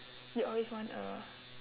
you always want a